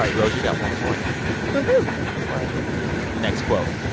like rose. you got one point woo-hoo oh, boy next quote.